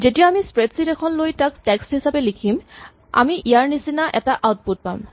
যেতিয়া আমি স্প্ৰেডছিট এখন লৈ তাক টেক্স্ট হিচাপে লিখিম আমি ইয়াৰ নিচিনা এটা আউটপুট পাম